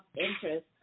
interest